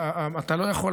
אתה לא יכול,